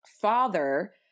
father –